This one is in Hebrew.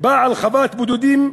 בעל חוות בודדים,